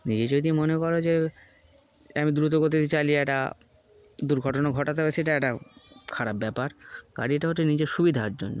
নিজে যদি মনে করো যে আমি দ্রুতগতিতে চালিয়ে একটা দুর্ঘটনা ঘটাতে হবে সেটা একটা খারাপ ব্যাপার গাড়িটা হচ্ছে নিজের সুবিধার জন্য